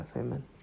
Amen